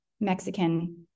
Mexican